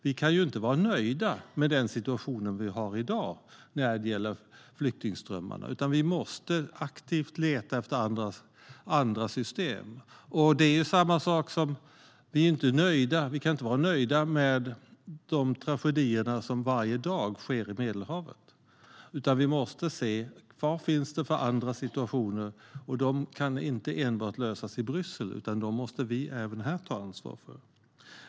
Vi kan ju inte vara nöjda med den situation vi har i dag när det gäller flyktingströmmarna, utan vi måste aktivt leta efter andra system. Vi är inte nöjda. Vi kan inte vara nöjda med de tragedier som varje dag sker i Medelhavet, utan vi måste se vad det kan finnas för andra alternativ. Detta kan inte enbart lösas i Bryssel, utan vi måste ta ansvar även här.